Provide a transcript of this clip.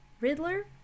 Riddler